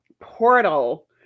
portal